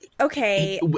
Okay